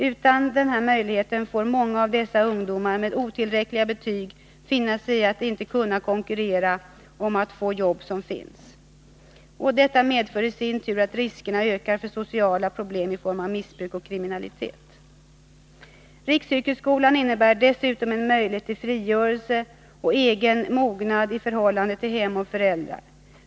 Utan denna möjlighet får många av dessa ungdomar med otillräckliga betyg finna sigiatt inte kunna konkurrera om de få jobb som finns. Detta medför i sin tur att riskerna ökar för sociala problem i form av missbruk och kriminalitet. Riksyrkesskolan innebär dessutom en möjlighet till frigörelse och egen mognad i förhållande till hem och föräldrar.